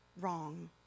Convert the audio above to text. wrong